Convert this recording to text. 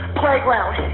playground